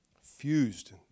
fused